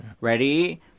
Ready